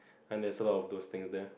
then there's a lot of those things there